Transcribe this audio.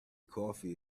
coffee